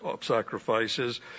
sacrifices